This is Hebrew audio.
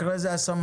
אחרי זה הסמנכ"ל,